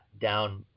down